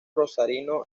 rosarino